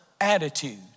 attitude